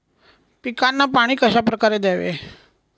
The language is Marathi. पिकांना पाणी कशाप्रकारे द्यावे?